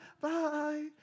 bye